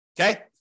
okay